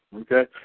okay